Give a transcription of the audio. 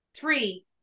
Three